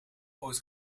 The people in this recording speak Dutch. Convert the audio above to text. ooit